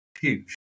huge